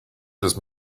just